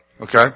Okay